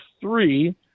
three